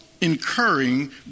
incurring